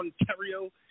Ontario